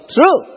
True